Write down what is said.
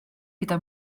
gyda